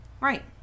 Right